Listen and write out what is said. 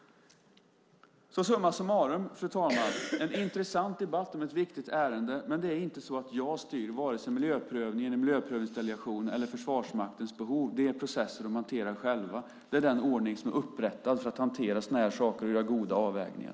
Summa summarum, fru talman, är detta en intressant debatt om ett viktigt ärende. Men det är inte jag som styr vare sig miljöprövningen i miljöprövningsdelegationen eller Försvarsmaktens behov. Det är processer de hanterar själva. Det är den ordning som är upprättad för att hantera sådana här saker och göra goda avvägningar.